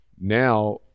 now